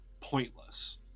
pointless